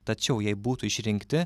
tačiau jei būtų išrinkti